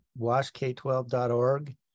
washk12.org